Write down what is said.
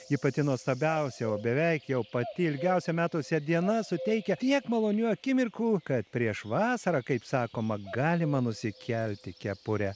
ji pati nuostabiausia o beveik jau pati ilgiausia metuose diena suteikia tiek malonių akimirkų kad prieš vasarą kaip sakoma galima nusikelti kepurę